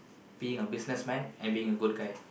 being a business man and being a good guy